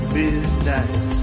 midnight